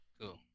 Cool